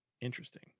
Interesting